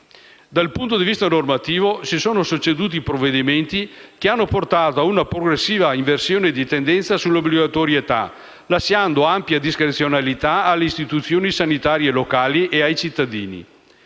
Dal punto di vista normativo si sono succeduti provvedimenti che hanno portato ad una progressiva inversione di tendenza sull'obbligatorietà, lasciando ampia discrezionalità alle istituzioni sanitarie locali e ai cittadini.